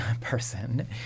person